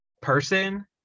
person